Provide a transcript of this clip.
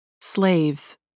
Slaves